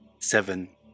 Seven